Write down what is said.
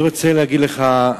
אני רוצה להגיד לך,